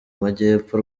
majyepfo